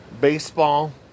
Baseball